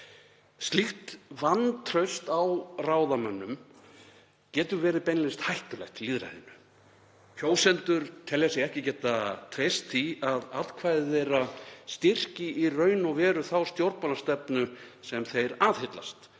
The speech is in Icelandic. Slíkt vantraust á ráðamönnum getur beinlínis verið hættulegt lýðræðinu. Kjósendur telja sig ekki geta treyst því að atkvæði þeirra styrki í raun og veru þá stjórnmálastefnu sem þeir aðhyllast.